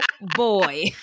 boy